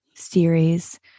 series